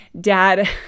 dad